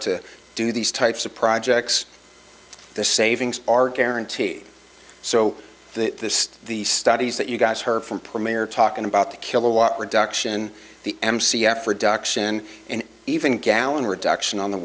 to do these types of projects the savings are guaranteed so the the studies that you guys heard from premier talking about the kilowatt reduction the m c f or duck session and even gallon reduction on the